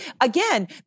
again